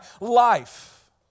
life